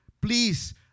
Please